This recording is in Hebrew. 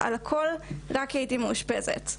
והכל רק כי הייתי מאושפזת.